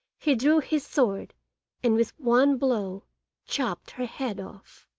he drew his sword and with one blow chopped her head off.